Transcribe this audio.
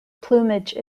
plumage